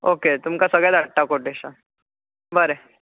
okay तुमका सगळे धाडटां कोटेशन बरें